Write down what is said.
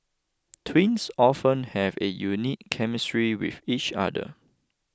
twins often have a unique chemistry with each other